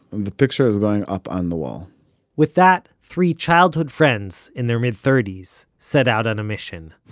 the picture is going up on the wall with that, three childhood friends in their mid-thirties set out on a mission.